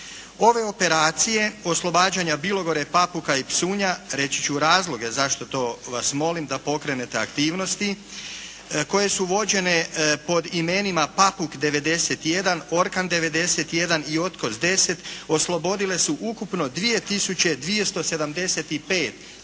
Ove operacije oslobađanja Bilogore, Papuka i Psunja, reći ću razloge zašto to vas molim da pokrenete aktivnosti, koje su vođene pod imenima "Papuk '91.", "Orkan '91." i "Otkos 10" oslobodile su ukupno 2 tisuće